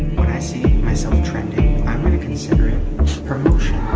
when i see myself trending, i'm gonna consider it promotion.